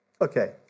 Okay